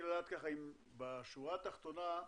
בשורה התחתונה,